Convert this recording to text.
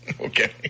Okay